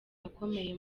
akomeye